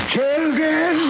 Children